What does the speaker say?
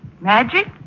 Magic